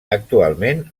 actualment